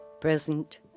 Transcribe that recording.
present